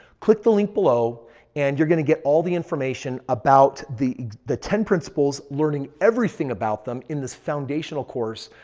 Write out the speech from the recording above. click the link below and you're going to get all the information about the the ten principles learning everything about them in this foundational course.